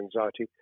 anxiety